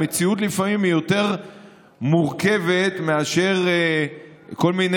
לפעמים המציאות יותר מורכבת מאשר כל מיני